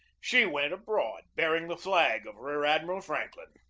she went abroad bearing the flag of rear-admiral franklin.